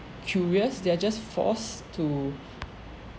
curious they're just forced to